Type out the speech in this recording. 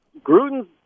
Gruden